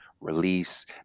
release